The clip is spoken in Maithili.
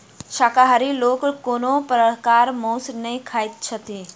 शाकाहारी लोक कोनो प्रकारक मौंस नै खाइत छथि